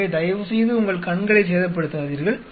எனவே தயவுசெய்து உங்கள் கண்களை சேதப்படுத்தாதீர்கள்